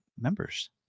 Members